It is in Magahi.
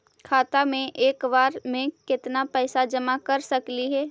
खाता मे एक बार मे केत्ना पैसा जमा कर सकली हे?